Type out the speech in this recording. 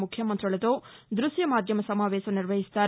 ముఖ్యమంతులతో దృశ్య మాధ్యవ సమావేశం నిర్వహిస్తారు